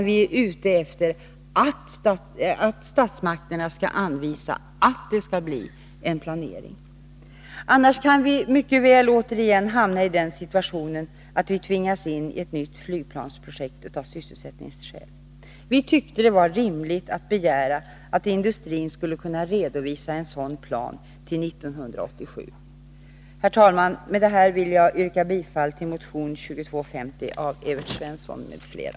Vi är ute efter att statsmakterna skall anvisa att det skall bli en planering. Annars kan vi mycket väl återigen hamna i den situationen att tvingas in i ett nytt flygplansprojekt av sysselsättningsskäl. Vi motionärer tyckte att det var rimligt att begära att industrin skulle kunna redovisa en sådan plan till 1987. Herr talman! Med detta vill jag yrka bifall till motion 2250 av Evert Svensson m.fl.